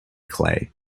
clay